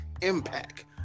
impact